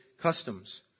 customs